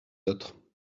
autres